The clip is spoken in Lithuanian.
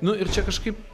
nu ir čia kažkaip